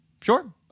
sure